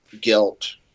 guilt